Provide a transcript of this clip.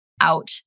out